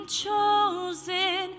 chosen